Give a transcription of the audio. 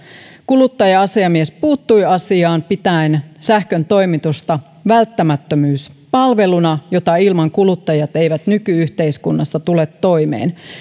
kuluttaja asiamies puuttui asiaan pitäen sähköntoimitusta välttämättömyyspalveluna jota ilman kuluttajat eivät nyky yhteiskunnassa tule toimeen